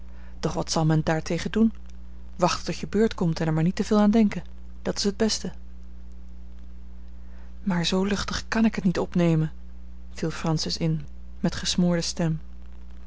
doch wat zal men daar tegen doen wachten tot je beurt komt en er maar niet te veel aan denken dat is het beste maar zoo luchtig kan ik het niet opnemen viel francis in met gesmoorde stem